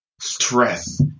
stress